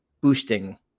boosting